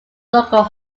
local